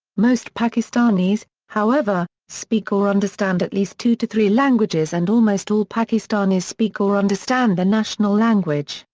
most pakistanis, however, speak or understand at least two to three languages and almost all pakistanis speak or understand the national language,